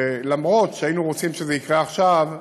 ולמרות שהיינו רוצים שזה יקרה עכשיו,